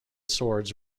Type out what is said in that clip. swords